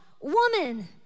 woman